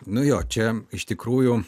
nu jo čia iš tikrųjų